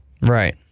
Right